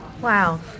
Wow